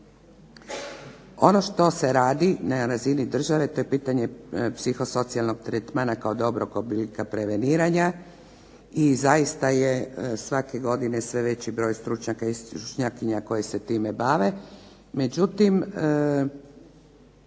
Ono što se radi na razini države to je pitanje psihosocijalnog tretmana kao dobrog oblika preveniranja i zaista je svake godine sve veći broj stručnjaka i stručnjakinja koje se time bave.